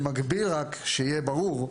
במקביל, שיהיה ברור,